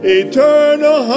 eternal